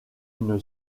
une